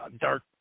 dark